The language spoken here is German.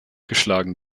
geschlagen